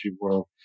world